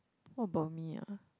what about me ah